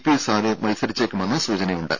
P Sanu മത്സരിച്ചേക്കുമെന്ന് സൂചനയുണ്ട്